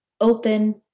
open